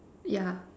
yeah